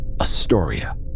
Astoria